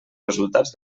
resultats